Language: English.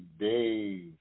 days